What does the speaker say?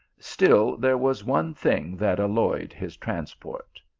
still there was one thing that alloyed his transport,